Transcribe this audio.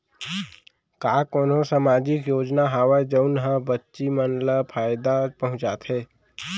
का कोनहो सामाजिक योजना हावय जऊन हा बच्ची मन ला फायेदा पहुचाथे?